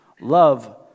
Love